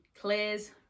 clears